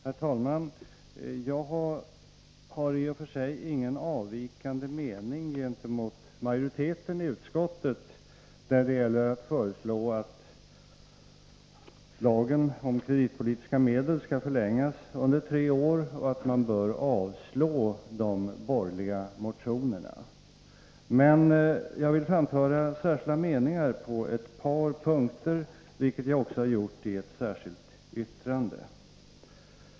Herr talman! Jag har i och för sig ingen avvikande mening gentemot majoriteten i utskottet när det gäller att föreslå att lagen om kreditpolitiska medel skall förlängas under tre år och att de borgerliga motionerna skall avslås. Men jag vill framföra särskilda meningar på ett par punkter, vilket jag också har gjort i ett särskilt yttrande.